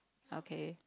okay